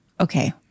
Okay